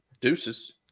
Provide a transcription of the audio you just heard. Deuces